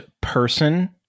person